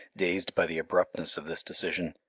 dazed by the abruptness of this decision,